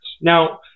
Now